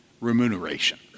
remuneration